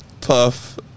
Puff